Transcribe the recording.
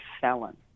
felon